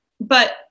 But-